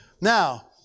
Now